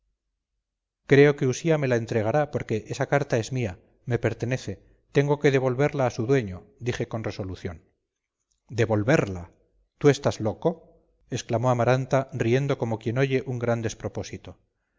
creo que usía me la entregará porque esa carta es mía me pertenece tengo que devolverla a su dueño dije con resolución devolvértela tú estás loco exclamó amaranta riendo como quien oye un gran despropósito